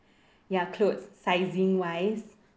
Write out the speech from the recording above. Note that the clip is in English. ya clothes sizing wise